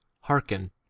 hearken